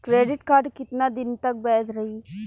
Credit card कितना दिन तक वैध रही?